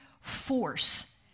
force